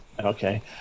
Okay